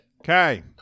Okay